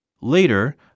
Later